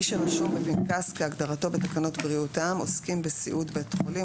מי שרשום בפנקס כהגדרתו בתקנות בריאות העם (עוסקים בסיעוד בית חולים),